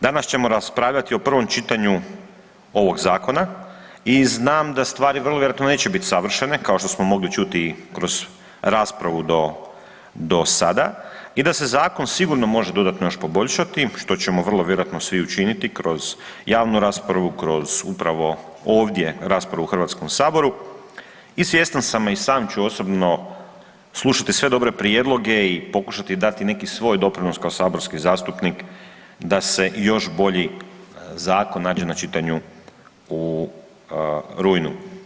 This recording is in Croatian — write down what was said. Danas ćemo raspravljati o prvom čitanju ovog zakona i znam da stvari vrlo vjerojatno neće biti savršene, kao što smo mogli čuti kroz raspravu do sada i da se zakon sigurno može dodatno još poboljšati, što ćemo vrlo vjerojatno svi učiniti kroz javnu raspravu, kroz upravo ovdje raspravu u HS-u i svjestan sam, a i sam ću osobno slušati sve dobre prijedloge i pokušati dati neki svoj doprinos kao saborski zastupnik da se još bolji zakon nađe na čitanju u rujnu.